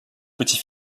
petit